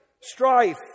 strife